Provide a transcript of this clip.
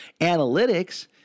Analytics